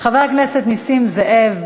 חבר הכנסת נסים זאב,